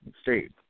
state